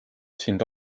sind